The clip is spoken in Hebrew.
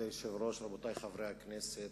כבוד היושב-ראש, רבותי חברי הכנסת,